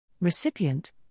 Recipient